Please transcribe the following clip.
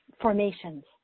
formations